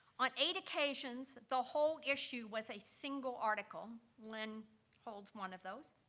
on eight occasions, the whole issue was a single article. len holds one of those.